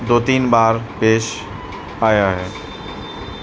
دو تین بار پیش آیا ہے